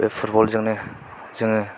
बे फुटबल जोंनो जोङो